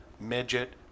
midget